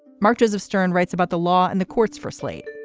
mark joseph stern writes about the law and the courts for slate